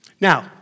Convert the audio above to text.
Now